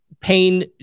pain